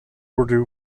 urdu